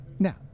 Now